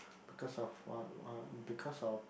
because of uh uh because of